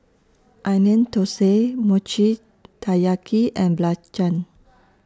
Onion Thosai Mochi Taiyaki and Belacan